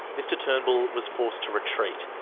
mr turnbull was forced to retreat.